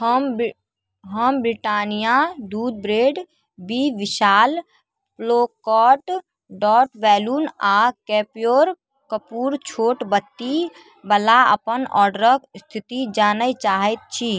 हम बि हम ब्रिटानिआ दूध ब्रेड बी विशाल पोल्काट डॉट बैलून आ कैप्योर कपूर छोट बत्ती बला अपन ऑर्डरक स्थिति जानै चाहैत छी